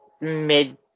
mid